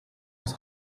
was